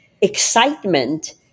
excitement